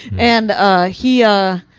and ah he ah,